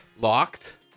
locked